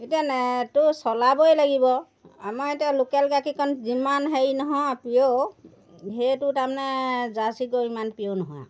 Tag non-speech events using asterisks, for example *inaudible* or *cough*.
এতিয়াটো *unintelligible* চলাবই লাগিব আমাৰ এতিয়া লোকেল গাখীৰকণ যিমান হেৰি নহয় পিয়ৰ সেইটো তাৰমানে জাৰ্ছি গৰু ইমান পিয়ৰ নহয় আৰু